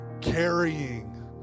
carrying